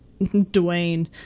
Dwayne